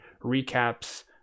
recaps